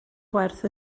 gwerth